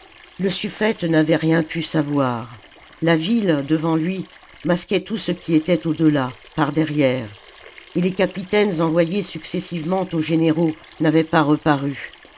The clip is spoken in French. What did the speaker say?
le sufllete n'avait rien pu savoir la ville devant lui masquait tout ce qui était au delà par derrière et les capitaines envoyés successivement aux généraux n'avaient pas reparu